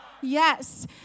Yes